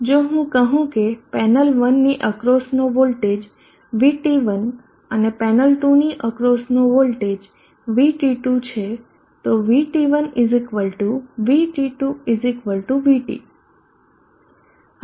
જો હું કહું કે પેનલ 1ની અક્રોસ નો વોલ્ટેજ VT1 અને પેનલ 2ની અક્રોસનો વોલ્ટેજ VT2 છે તો VT1 VT2 VT